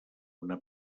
una